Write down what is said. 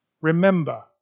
Remember